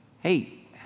hey